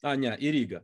a ne į rygą